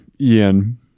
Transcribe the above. Ian